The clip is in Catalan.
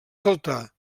saltar